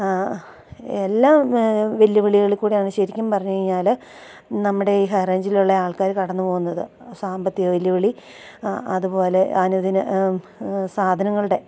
എല്ലാ വെല്ലുവിളികളിൽ കൂടിയാണ് ശരിക്കും പറഞ്ഞു കഴിഞ്ഞാൽ നമ്മുടെ ഈ ഹൈ റേഞ്ചിലുള്ള ആൾക്കാർ കടന്നു പോകുന്നത് സാമ്പത്തിക വെല്ലു വിളി അതുപോലെ അനുദിനം സാധനങ്ങളുടെ